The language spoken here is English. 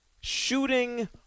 shooting